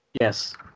Yes